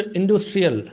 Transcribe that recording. industrial